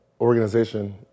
organization